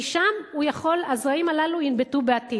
משם הוא יכול, הזרעים הללו ינבטו בעתיד.